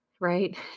right